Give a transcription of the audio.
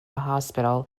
hospital